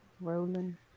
Rolling